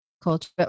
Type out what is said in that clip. culture